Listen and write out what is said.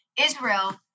Israel